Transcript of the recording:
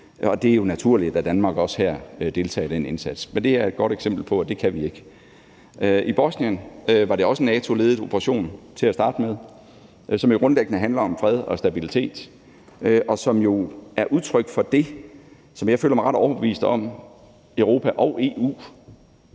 det er jo naturligt, at Danmark også her deltager i den indsats. Men det er det et godt eksempel på at vi ikke kan. I Bosnien var det også en NATO-ledet operation til at starte med, som jo grundlæggende handler om fred og stabilitet, og det er jo også et udtryk for det, som jeg føler mig ret overbevist om at Europa og EU,